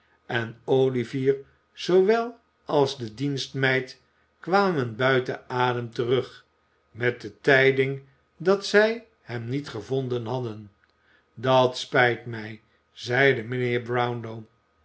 en olivier zoowel als de dienstmeid kwamen buiten adem terug met de tijding dat zij hem niet gevonden hadden dat spijt mij zeide mijnheer brownlow